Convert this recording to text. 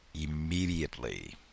immediately